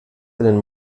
einen